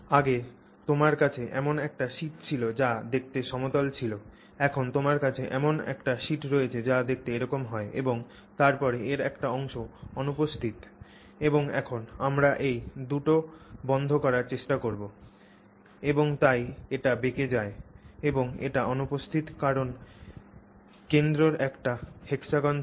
আগে তোমার কাছে এমন একটি শীট ছিল যা দেখতে সমতল ছিল এখন তোমার কাছে এমন একটি শীট রয়েছে যা দেখতে এরকম হয় এবং তারপরে এর একটি অংশ অনুপস্থিত এবং এখন আমরা এই দুটি বন্ধ করার চেষ্টা করব এবং তাই এটি বেঁকে যায় এবং এটি অনুপস্থিত কারণ কেন্দ্রে একটি হেক্সাগন ছিল